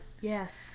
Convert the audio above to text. yes